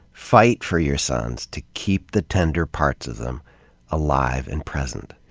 fight for your sons to keep the tender parts of them alive and present.